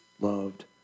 loved